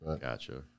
Gotcha